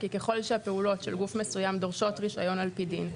כי ככל שהפעולות של גוף מסוים דורשות רישיון על פי דין,